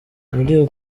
muzi